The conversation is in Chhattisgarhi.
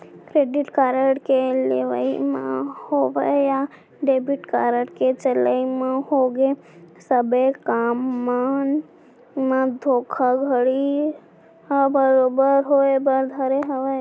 करेडिट कारड के लेवई म होवय या डेबिट कारड के चलई म होगे सबे काम मन म धोखाघड़ी ह बरोबर होय बर धरे हावय